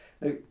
Now